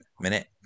Minute